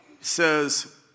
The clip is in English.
says